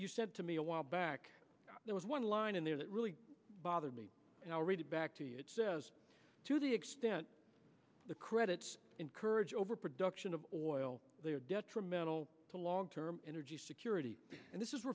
you said to me a while back there was one line in there that really bothered me and i'll read it back to you it says to the extent the credits encourage overproduction of oil detrimental to long term energy security and this